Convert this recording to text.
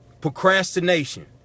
procrastination